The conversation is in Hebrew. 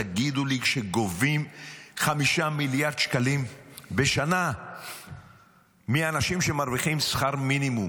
כשגובים 5 מיליארד שקלים בשנה מאנשים שמרוויחים שכר מינימום,